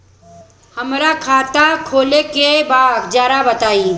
हमरा खाता खोले के बा जरा बताई